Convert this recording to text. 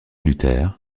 luther